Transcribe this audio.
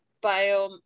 Bio